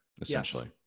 essentially